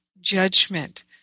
judgment